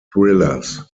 thrillers